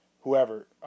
whoever